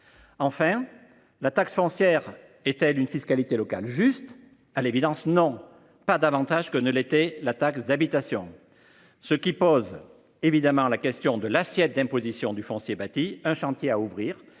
Enfin, la taxe foncière est-elle une fiscalité locale juste ? À l’évidence non, pas plus que ne l’était la taxe d’habitation, ce qui pose évidemment la question de l’assiette d’imposition du foncier bâti ; c’est un chantier à ouvrir.